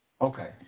Okay